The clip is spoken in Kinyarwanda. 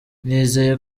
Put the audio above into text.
nizeye